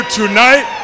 tonight